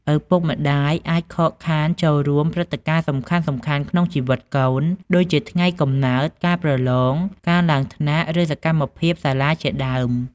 ឪពុកម្ដាយអាចខកខានចូលរួមព្រឹត្តិការណ៍សំខាន់ៗក្នុងជីវិតកូន ដូចជាថ្ងៃកំណើត ការប្រឡង ការឡើងថ្នាក់ ឬសកម្មភាពសាលាជាដើម។